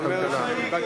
כלכלה.